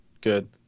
good